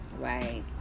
right